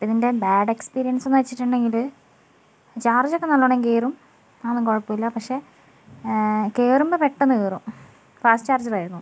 അപ്പോൾ ഇതിൻ്റെ bad experience എന്നു വച്ചിട്ടുണ്ടങ്കിൽ ചാർജ് ഒക്കെ നല്ലോണ്ണം കയറും അതൊന്നും കുഴപ്പമില്ല പക്ഷെ കയറുമ്പോൾ പെട്ടന്ന് കയറും ഫാസ്റ്റ് ചാർജർ ആയിരുന്നു